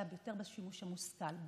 אלא יותר בשימוש המושכל,